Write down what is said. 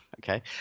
Okay